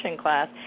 class